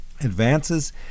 Advances